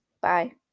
bye